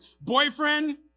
Boyfriend